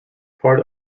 part